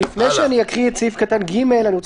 אני לא רוצה